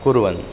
कुर्वन्